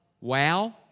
wow